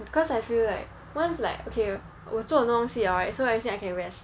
because I feel like once like okay 我做很多东西 liao right so actually I can rest